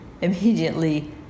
immediately